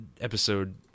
episode